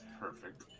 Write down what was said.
Perfect